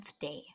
day